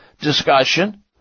discussion